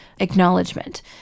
acknowledgement